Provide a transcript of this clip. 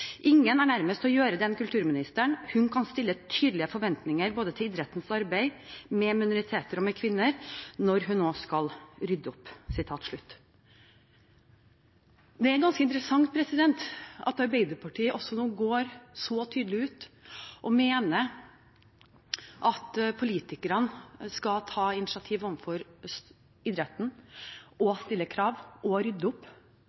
Ingen er nærmere til å gjøre det enn kulturministeren. Hun kan stille tydelige forventninger både til idrettens arbeid med minoriteter og med kvinner, når hun nå uansett skal rydde opp.» Det er ganske interessant at Arbeiderpartiet nå går så tydelig ut og mener at politikerne skal ta initiativ overfor idretten, stille krav og rydde opp.